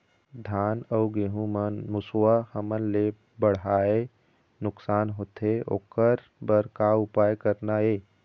धान अउ गेहूं म मुसवा हमन ले बड़हाए नुकसान होथे ओकर बर का उपाय करना ये?